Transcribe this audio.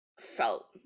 felt